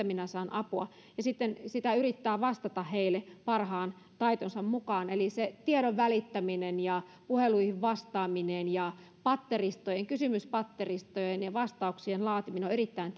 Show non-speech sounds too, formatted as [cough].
[unintelligible] minä saan apua ja sitten sitä yrittää vastata heille parhaan taitonsa mukaan eli se tiedon välittäminen ja puheluihin vastaaminen ja kysymyspatteristojen ja vastauksien laatiminen on erittäin [unintelligible]